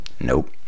Nope